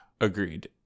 agreed